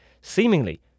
seemingly